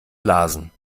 blasen